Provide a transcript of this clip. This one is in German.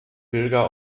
pilger